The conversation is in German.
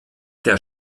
der